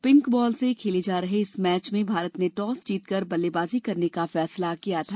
pink ball से खेले जा रहे इस मैच में भारत ने टॉस जीतकर बल्लेबाजी करने का फैसला किया था